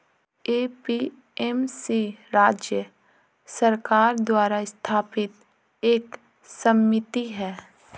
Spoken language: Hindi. ए.पी.एम.सी राज्य सरकार द्वारा स्थापित एक समिति है